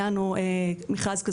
הרי, זה פרויקט שמחזיר את עצמו.